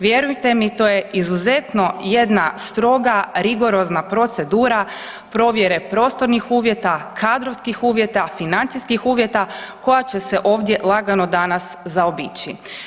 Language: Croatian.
Vjerujte mi, to je izuzetno jedna stroga, rigorozna procedura provjere prostornih uvjeta, kadrovskih uvjeta, financijskih uvjeta, koja će se ovdje lagano danas zaobići.